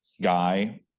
guy